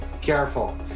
Careful